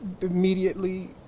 immediately